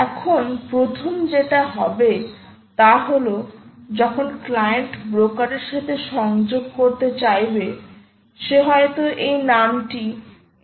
এখন প্রথম যেটা হবে তা হল যখন ক্লায়েন্ট ব্রোকার এর সাথে সংযোগ করতে চাইবে সে হয়তো এই নামটি nptelexamplemqttbroker দেবে